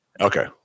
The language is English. Okay